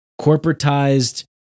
corporatized